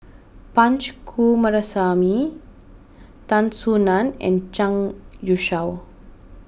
Punch Coomaraswamy Tan Soo Nan and Zhang Youshuo